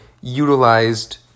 utilized